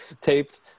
Taped